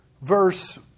verse